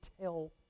tell